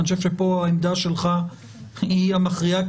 ואני חושב שפה העמדה שלך היא המכריעה,